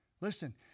Listen